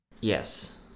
yes